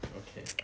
okay